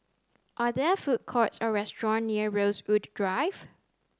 are there food courts or restaurants near Rosewood Drive